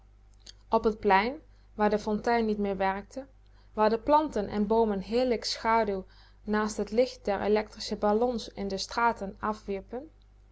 op t plein waar de fontein niet meer werkte waar de planten en boomen heerlijke schaduw naast t licht der electrische ballons in de straten afwierpen